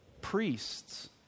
priests